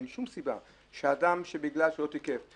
אין שום סיבה שאדם שבגלל שהוא לא תיקף,